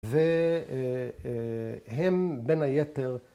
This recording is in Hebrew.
‫וה.ה.הם בין היתר...